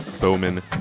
Bowman